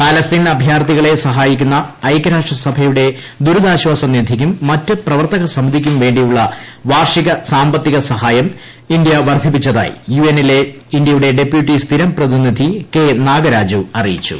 Palestine അഭയാർത്ഥികളെ സഹായിക്കുന്ന ഐക്യരാഷ്ട്ര സഭയുടെ ദുരിതാശ്ചാസ നിധിയ്ക്കും മറ്റ് പ്രവർത്തക സമിതിക്കും വേ ിയുള്ള വാർഷിക സാമ്പത്തിക സഹായം ഇന്ത്യ വർദ്ധിപ്പിച്ചതായി യു എന്നിലെ ഇന്ത്യയുടെ ഡെപ്യൂട്ടി സ്ഥിരം പ്രതിനിധി കെ നാഗരാജു അറിയിച്ചു